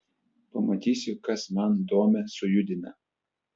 pamatysiu kas man domę sujudina